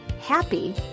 happy